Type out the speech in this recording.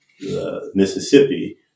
Mississippi